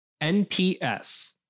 NPS